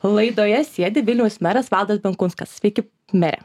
laidoje sėdi vilniaus meras valdas benkunskas sveiki mere